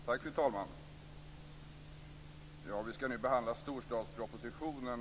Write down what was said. Fru talman! Vi skall nu behandla storstadspropositionen.